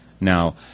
Now